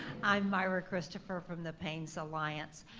i'm myra christopher from the pains alliance.